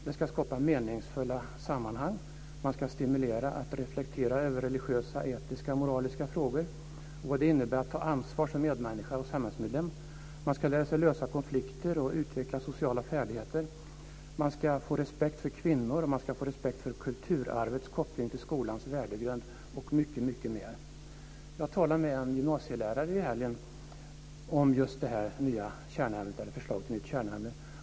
Det ska skapa meningsfulla sammanhang och stimulera till reflexion över religiösa, etiska och moraliska frågor och vad det innebär att ta ansvar som medmänniska och samhällsmedlem. Man ska lära sig lösa konflikter och utveckla sociala färdigheter. Man ska få respekt för kvinnor. Man ska få respekt för kulturarvets koppling till skolans värdegrund - och mycket, mycket mer. Jag talade med en gymnasielärare i helgen om det här förslaget till nytt kärnämne.